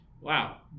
wow